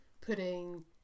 putting